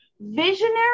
visionary